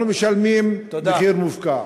אנחנו משלמים מחיר מופקע.